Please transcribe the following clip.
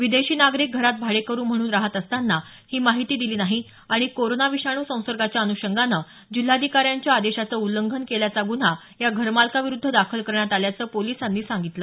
विदेशी नागरिक घरात भाडेकरू म्हणून राहत असताना ही माहिती दिली नाही आणि कोरोना विषाणू संसर्गाच्या अनुषंगानं जिल्हाधिकारी यांच्या आदेशाचे उल्लंघन केल्याचा गुन्हा या घरमालकाविरूध्द दाखल करण्यात आल्याचं पोलिसांनी सांगितलं